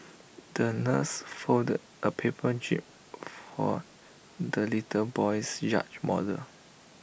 the nurse folded A paper jib for the little boy's yacht model